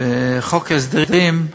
בחוק ההסדרים,